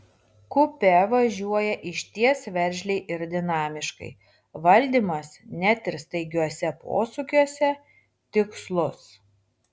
kupė važiuoja išties veržliai ir dinamiškai valdymas net ir staigiuose posūkiuose tikslus